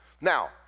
Now